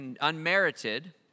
unmerited